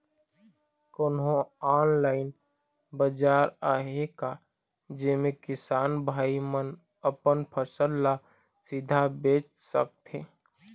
कोन्हो ऑनलाइन बाजार आहे का जेमे किसान भाई मन अपन फसल ला सीधा बेच सकथें?